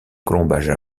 colombages